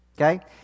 Okay